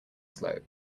slope